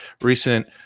recent